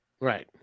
Right